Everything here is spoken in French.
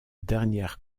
dernière